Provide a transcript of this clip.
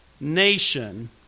nation